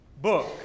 book